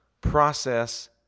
process